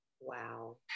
Wow